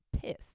pissed